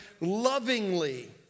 lovingly